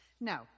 no